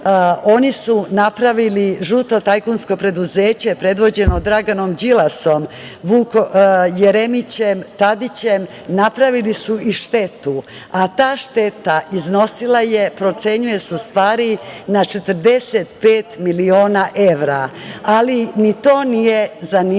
oni su napravili, žuto tajkunsko preduzeće predvođeno Draganom Đilasom, Vukom Jeremićem, Tadićem, napravili su i štetu, a ta šteta iznosila je, procenjuje se u stvari, na 45 miliona evra. Ali, ni to nije zanimalo,